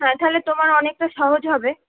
হ্যাঁ তাহলে তোমার অনেকটা সহজ হবে